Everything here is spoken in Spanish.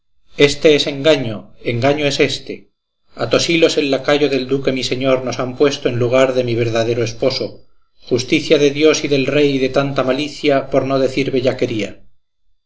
éste es engaño engaño es éste a tosilos el lacayo del duque mi señor nos han puesto en lugar de mi verdadero esposo justicia de dios y del rey de tanta malicia por no decir